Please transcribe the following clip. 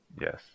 Yes